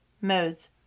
modes